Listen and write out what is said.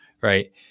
right